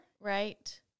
Right